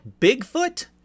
Bigfoot